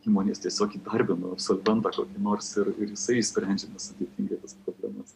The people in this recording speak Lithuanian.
žmonės tiesiog įdarbino absolventą kokį nors ir ir jis išsprendžiai tokį nesudėtingą tas problemas